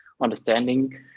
understanding